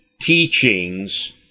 teachings